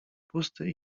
pusty